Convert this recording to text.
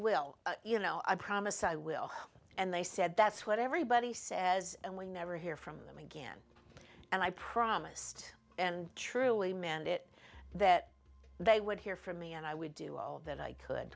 we'll you know i promise i will and they said that's what everybody says and we never hear from them again and i promised and truly meant it that they would hear from me and i would do all that i could